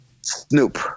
Snoop